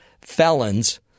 felons